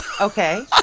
Okay